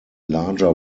larger